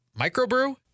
Microbrew